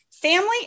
family